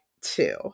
two